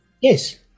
Yes